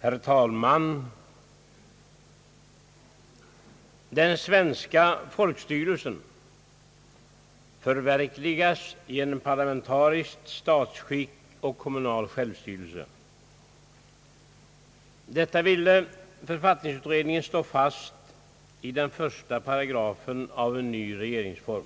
Herr talman! Den svenska folkstyrelsen förverkligas genom parlamentariskt statsskick och kommunal självstyrelse. Detta ville författningsutredningen slå fast i den första paragrafen i en ny regeringsform.